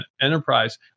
enterprise